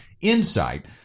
insight